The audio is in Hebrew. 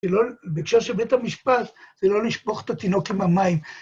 בקשר של בית המשפט, זה לא לשפוך את התינוק עם המים.